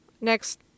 Next